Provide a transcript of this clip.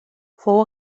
fou